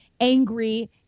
angry